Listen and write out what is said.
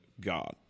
god